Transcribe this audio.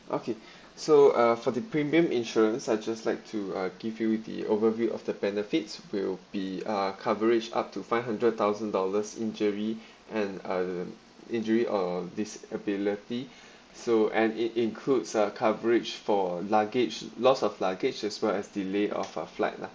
okay so uh for the premium insurance I just like to uh give you the overview of the benefits will be ah coverage up to five hundred thousand dollars injury and uh injury or disability so and it includes uh coverage for luggage lost of luggage as well as delay of uh flight lah